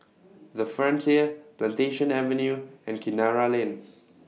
The Frontier Plantation Avenue and Kinara Lane